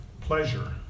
pleasure